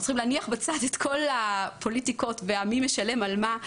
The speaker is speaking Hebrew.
צריכים להניח בצד את כל הפוליטיקות ואת כל המי משלם על מה,